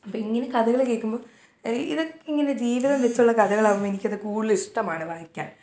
അപ്പം ഇങ്ങനെ കഥകൾ കേൾക്കുമ്പം ഇങ്ങനെ ജീവിതം വെച്ചുള്ള കഥകളാകുമ്പോൾ എനിക്കത് കൂടുതലിഷ്ടമാണ് വായിക്കാൻ